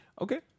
Okay